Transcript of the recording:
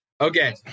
okay